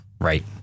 Right